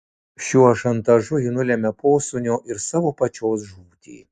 šiuo šantažu ji nulemia posūnio ir savo pačios žūtį